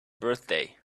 birthday